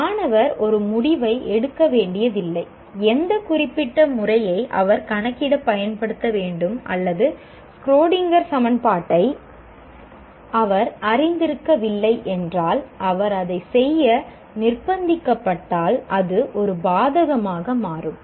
மாணவர் ஒரு முடிவை எடுக்க வேண்டியதில்லை எந்த குறிப்பிட்ட முறையை அவர் கணக்கிட பயன்படுத்த வேண்டும் அல்லது ஷ்ரோடிங்கர் சமன்பாட்டை அவர் அறிந்திருக்கவில்லை என்றால் அவர் அதைச் செய்ய நிர்பந்திக்கப்பட்டால் அது ஒரு பாதகமாக மாறும்